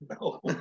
no